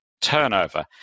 turnover